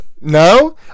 No